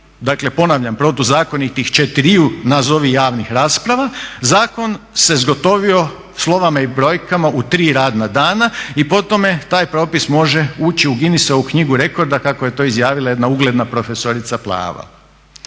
ponavljam, protuzakonitih četiriju nazovi javnih rasprava zakon se zgotovio slovima i brojkama u tri (3) radna dana i po tome taj propis može ući u Guinnessovu knjigu rekorda kako je to izjavila jedna ugledna profesorica prava.